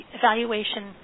evaluation